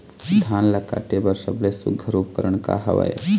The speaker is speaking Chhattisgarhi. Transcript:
धान ला काटे बर सबले सुघ्घर उपकरण का हवए?